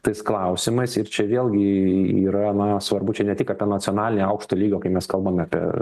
tais klausimais ir čia vėlgi yra na svarbu čia ne tik apie nacionalinę aukšto lygio kai mes kalbam apie